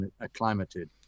acclimated